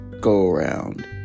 go-around